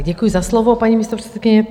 Děkuji za slovo, paní místopředsedkyně.